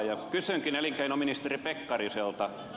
kysynkin elinkeinoministeri pekkariselta